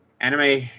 anime